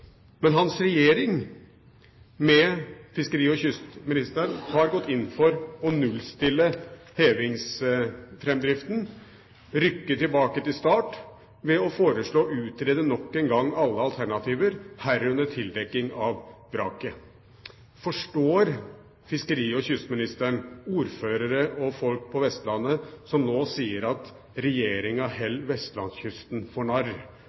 Men hans regjering, med fiskeri- og kystministeren, har gått inn for å nullstille hevingsframdriften, rykke tilbake til start, ved å foreslå å utrede nok en gang andre alternativer, herunder tildekking av vraket. Forstår fiskeri- og kystministeren ordførere og folk på Vestlandet som nå sier at «regjeringa held vestlandskysten for narr»